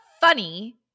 funny